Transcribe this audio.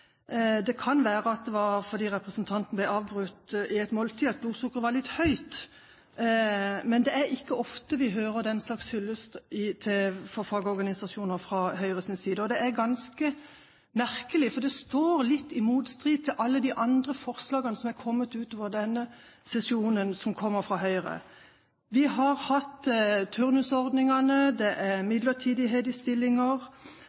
Det kan være det var fordi representanten ble avbrutt midt i et måltid, og at blodsukkeret var litt høyt, men det er ikke ofte vi hører den slags hyllest til fagorganisasjonene fra Høyres side. Det er ganske merkelig, for det står litt i motstrid til alle de andre forslagene fra Høyre som har kommet denne sesjonen